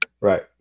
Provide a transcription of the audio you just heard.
Right